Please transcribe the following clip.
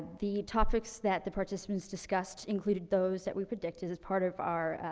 the topics that the participants discussed included those that we predicted as part of our, ah,